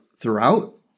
throughout